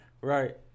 Right